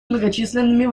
многочисленными